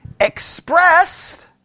expressed